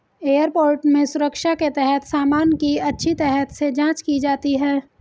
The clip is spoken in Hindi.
एयरपोर्ट में सुरक्षा के तहत सामान की अच्छी तरह से जांच की जाती है